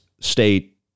state